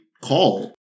call